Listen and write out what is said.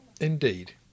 Indeed